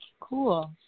Cool